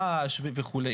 רעש וכו'.